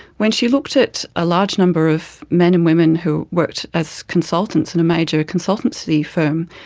when she looked at a large number of men and women who worked as consultants in a major consultancy firm,